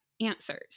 answers